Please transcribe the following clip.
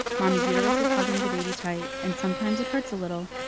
mommy's uterus is hugging the baby tight, and sometimes it hurts a little,